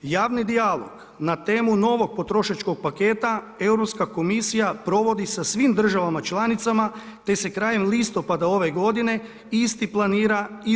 Javni dijalog na temu novog potrošačkog paketa, Europska komisija provodi sa svim državama članicama te se krajem listopada ove godine isti planira i u RH.